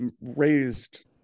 raised